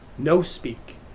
No-speak